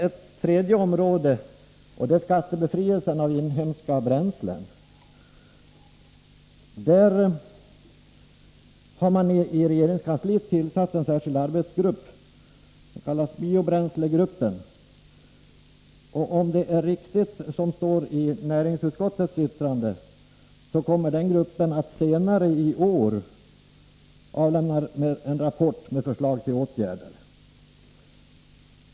Ett tredje område är skattebefrielsen för inhemska bränslen. Man har i regeringskansliet tillsatt en särskild arbetsgrupp, som kallas biobränslegruppen. Om det är riktigt som det står i näringsutskottets yttrande kommer den gruppen senare i år att avlämna en rapport med förslag till åtgärder.